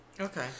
Okay